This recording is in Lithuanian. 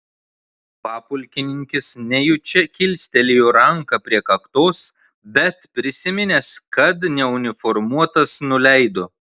papulkininkis nejučia kilstelėjo ranką prie kaktos bet prisiminęs kad neuniformuotas nuleido